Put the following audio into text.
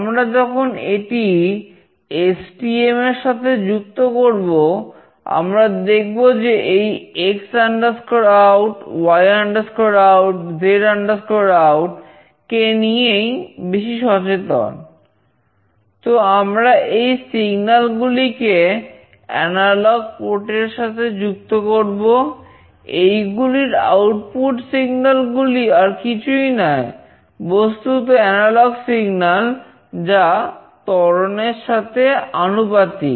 আমরা যখন এটি এসটিএম যা ত্বরণের সাথে আনুপাতিক